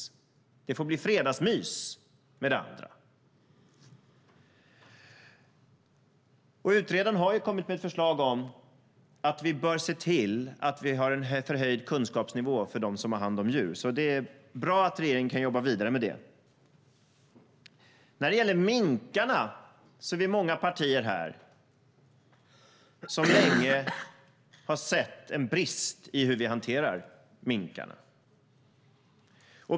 Det andra får bli fredagsmys! När det gäller minkarna är vi många partier här som länge har sett en brist i hanteringen.